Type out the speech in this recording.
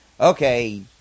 okay